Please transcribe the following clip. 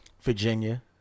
Virginia